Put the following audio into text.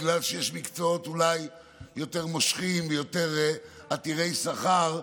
בגלל שיש מקצועות אולי יותר מושכים ויותר עתירי שכר,